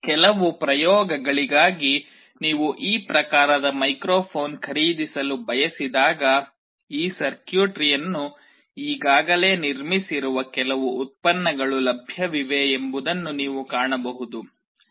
ಕೆಲವು ಪ್ರಯೋಗಗಳಿಗಾಗಿ ನೀವು ಈ ಪ್ರಕಾರದ ಮೈಕ್ರೊಫೋನ್ ಖರೀದಿಸಲು ಬಯಸಿದಾಗ ಈ ಸರ್ಕ್ಯೂಟ್ರಿಯನ್ನು ಈಗಾಗಲೇ ನಿರ್ಮಿಸಿರುವ ಕೆಲವು ಉತ್ಪನ್ನಗಳು ಲಭ್ಯವಿವೆ ಎಂದು ನೀವು ಕಾಣಬಹುದು